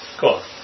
Cool